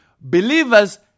Believers